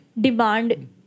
Demand